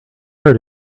hurt